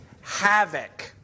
havoc